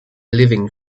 living